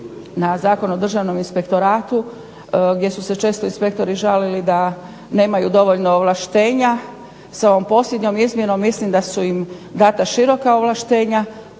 na Zakon o Državnom inspektoratu gdje su se često inspektori žalili da nemaju dovoljna ovlaštenja. Sa ovom posljednjom izmjenom mislim da su im dana široka ovlaštenja.